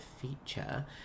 feature